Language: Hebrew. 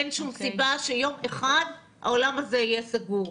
אין שום סיבה שיום אחד העולם הזה יהיה סגור,